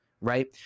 Right